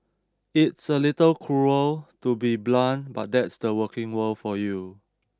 it's a little cruel to be blunt but that's the working world for you